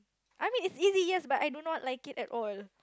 I mean it's easy yes but I do not like it at all